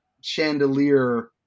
chandelier